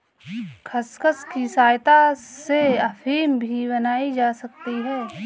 खसखस की सहायता से अफीम भी बनाई जा सकती है